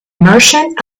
merchant